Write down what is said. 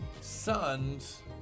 sons